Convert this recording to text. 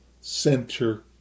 center